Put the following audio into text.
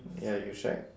ya you check